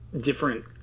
different